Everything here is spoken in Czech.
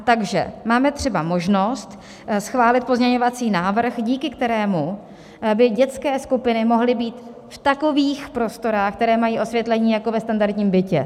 Takže máme třeba možnost schválit pozměňovací návrh, díky kterému by dětské skupiny mohly být v takových prostorách, které mají osvětlení jako ve standardním bytě.